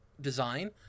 design